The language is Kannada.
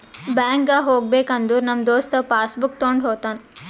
ಬ್ಯಾಂಕ್ಗ್ ಹೋಗ್ಬೇಕ ಅಂದುರ್ ನಮ್ ದೋಸ್ತ ಪಾಸ್ ಬುಕ್ ತೊಂಡ್ ಹೋತಾನ್